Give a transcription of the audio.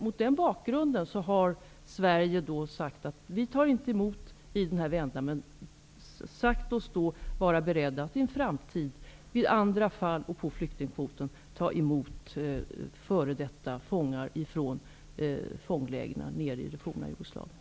Mot denna bakgrund har vi i Sverige sagt att vi inte tar emot några i denna vända. Men vi har sagt att vi är beredda att i en framtid, i andra fall och inom ramen för flyktingkvoten, ta emot f.d. fångar från fånglägren nere i det forna Jugoslavien.